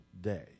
day